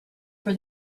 for